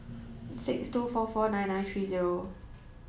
six two four four nine nine three zero